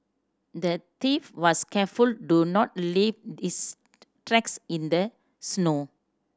the thief was careful do not leave his tracks in the snow